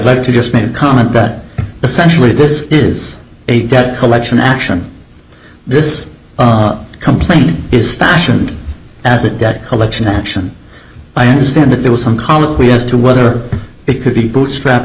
like to just make a comment that essentially this is a debt collection action this complaint is fashioned as a debt collection action i understand that there was some comment we as to whether it could be bootstrap